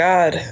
God